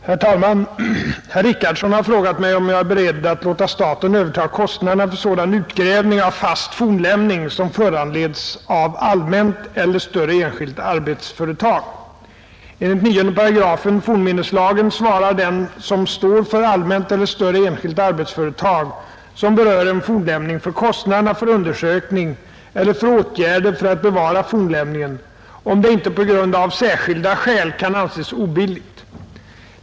Herr talman! Herr Richardson har frågat mig om jag är beredd att låta staten överta kostnaderna för sådan utgrävning av fast fornlämning som föranleds av ”allmänt eller större enskilt arbetsföretag”. Enligt 9 § fornminneslagen svarar den som står för allmänt eller större enskilt arbetsföretag som berör en fornlämning för kostnaderna för undersökning eller för åtgärder för att bevara fornlämningen, om det inte på grund av särskilda förhållanden kan anses obilligt.